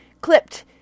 clipped